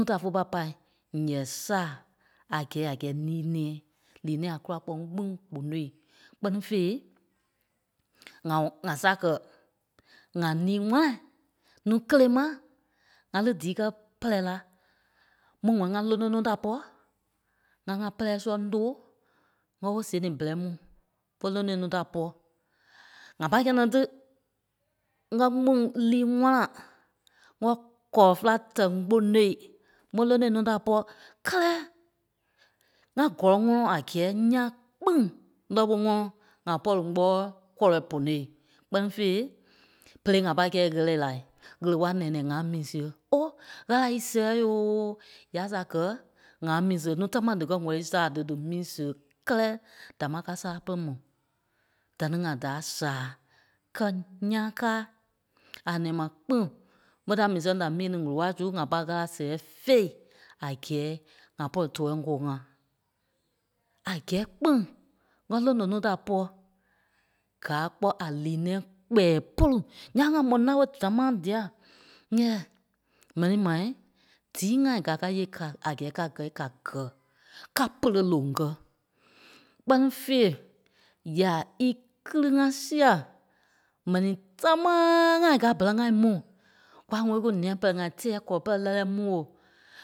Núu da fé pâi pâi ǹyɛɛ sâa a gɛ̂i a gɛ́ɛ ńii é nɛ̃ɛ, lii nɛ̃ɛ a kûla kpɔ́ ŋ́gbîŋ kponôi. Kpɛ́ni fêi ŋa wa- ŋa sâa kɛ̀ ŋa ńii ŋwana núu kélee ma, ŋá lí díi kɛ́ pɛrɛi lá ḿve ŋ̀wɛlii ŋá lóno núu da pɔ́, ŋá ŋá pɛ́rɛi sɔ̃ŋ tóo ŋ́gɛ ɓo sèe ni bɛ́rɛi mu fé lonoi núu da pɔ́. ŋa pâi kɛ̂i nɔ́ tí ŋ́gɛ kpîŋ líi ŋwana, ŋ́gɛ kɔlɔ féla tɛ kponôi, ḿve lónoi núu da pɔ́. Kɛ́lɛ ŋá gɔ́lɔŋɔɔ a gɛ́ɛ ńyãa kpîŋ lɔ ɓé ŋɔnɔ ŋa pɔ̂ri ŋ́gbɔɔi kɔlɔi ponoi. Kpɛ́ni fêi pere ŋa pâi kɛ̂i ɣɛ́lɛi lai ɣele wàla nɛ̃ɛ nɛ̃ɛ ŋá mu siɣe, ó! ɣâla í sɛɣɛi yoo yâa sâa gɛ́ ŋâa mu sìɣe, núu támaa díkɛ ŋ̀wɛlii sâa dí dí mu siɣe, kɛ́lɛ dámaa káa sále pɛrɛ mu, da ni ŋa dâa sàa. Kɛ́ ńyãa káa a nɛ̃ɛ ma kpîŋ ḿve ta mii sɛŋ da mii ní ŋ̀ele walai su, ŋa pâi ɣâla sɛɣɛi fêi a gɛ́ɛ ŋa pɔ̂ri tɔɔi ŋ́gɔɔ ŋá. À gɛ́ɛ kpîŋ ŋ́gɛ lono núu da pɔ́, gáa kpɔ́ a lii nɛ̃ɛ kpɛɛ pôlu. Ǹyaŋ ŋa mò naoi dámaa dîa, nyɛɛ m̀ɛnii mai díi ŋai gáa ká yêei ka- a gɛ́ɛ ká gɛ̂i, ka gɛ̂. Ká pêle loŋ kɛ́ kpɛ́ni fêi, ya íkili ŋá sia mɛni támaaaa ŋai gáa bɛ́rɛ ŋai mui, kwa ŋ̀wɛ̂lii kú nîa pɛlɛɛ ŋai tɛ́ɛ kɔlɔ pɛrɛ lɛ́lɛɛ muo.